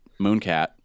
Mooncat